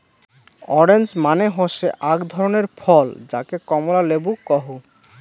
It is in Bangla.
অরেঞ্জ মানে হসে আক ধরণের ফল যাকে কমলা লেবু কহু